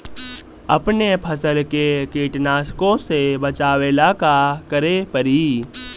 अपने फसल के कीटनाशको से बचावेला का करे परी?